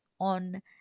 on